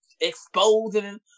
exposing